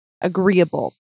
agreeable